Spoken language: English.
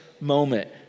moment